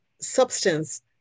substance